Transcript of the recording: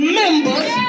members